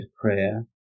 prayer